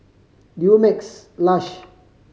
Dumex Lush